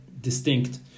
distinct